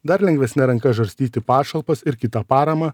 dar lengvesne ranka žarstyti pašalpas ir kitą paramą